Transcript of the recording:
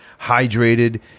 hydrated